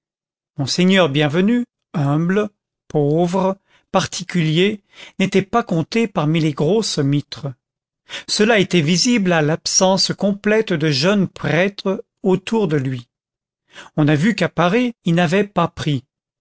monseigneur bienvenu humble pauvre particulier n'était pas compté parmi les grosses mitres cela était visible à l'absence complète de jeunes prêtres autour de lui on a vu qu'à paris il n'avait pas pris